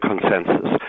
consensus